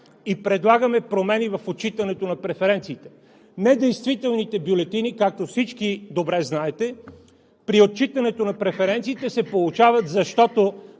предлагаме и промени в отчитането на преференциите. Недействителните бюлетини, както всички добре знаете, се получават при отчитането на преференциите, защото